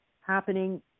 happening